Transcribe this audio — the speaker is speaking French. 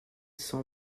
cent